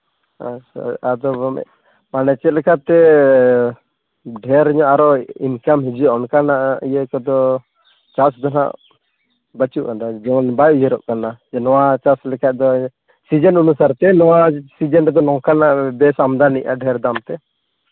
ᱟᱪᱪᱷᱟ ᱟᱫᱚ ᱢᱟᱱᱮ ᱪᱮᱫᱞᱮᱠᱟ ᱛᱮ ᱰᱷᱮᱨ ᱧᱚᱜ ᱟᱨᱚ ᱤᱱᱠᱟᱢ ᱦᱤᱡᱩᱜᱼᱟ ᱚᱱᱠᱟᱱᱟᱜ ᱤᱭᱟᱹ ᱠᱚᱫᱚ ᱪᱟᱥ ᱫᱚ ᱦᱟᱸᱜ ᱵᱟᱪᱩᱜᱼᱟᱱᱟ ᱡᱮᱢᱚᱱ ᱵᱟᱭ ᱩᱭᱦᱟᱹᱨᱚᱜ ᱠᱟᱱᱟ ᱡᱮ ᱱᱚᱣᱟ ᱪᱟᱥ ᱞᱮᱠᱷᱟᱡ ᱫᱚ ᱥᱤᱡᱤᱱ ᱚᱱᱩᱥᱟᱨ ᱛᱮ ᱱᱚᱣᱟ ᱥᱤᱡᱤᱱ ᱨᱮᱫᱚ ᱱᱚᱝᱠᱟᱱᱟᱜ ᱵᱮᱥ ᱟᱢᱫᱟᱱᱤᱜᱼᱟ ᱰᱷᱮᱨ ᱫᱟᱢ ᱛᱮ